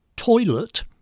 toilet